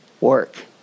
work